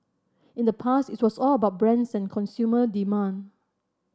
in the past it was all about brands and consumer demand